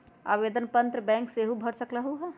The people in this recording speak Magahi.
आवेदन पत्र बैंक सेहु भर सकलु ह?